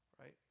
Right